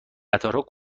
قطارها